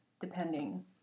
depending